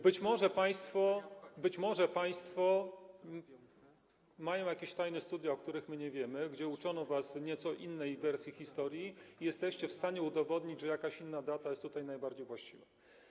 Być może państwo mają jakieś tajne studia, o których my nie wiemy, gdzie uczono was nieco innej wersji historii i jesteście w stanie udowodnić, że jakaś inna data jest tutaj bardziej właściwa.